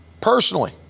personally